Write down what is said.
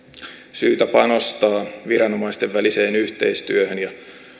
syytä panostaa viranomaisten väliseen yhteistyöhön ja